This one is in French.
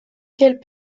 quels